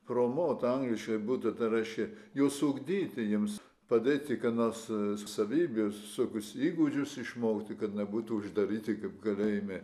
promot angliškai būtų reiškia juos ugdyti jiems padėti ką nors savybių visokius įgūdžius išmokti kad nebūtų uždaryti kaip kalėjime